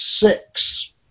Six